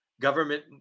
Government